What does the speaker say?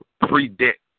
predict